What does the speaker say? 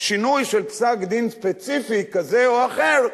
שינוי של פסק-דין ספציפי כזה או אחר,